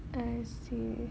I see